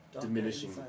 diminishing